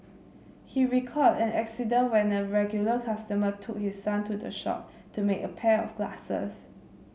he recalled an incident when a regular customer took his son to the shop to make a pair of glasses